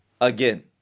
again